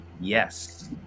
yes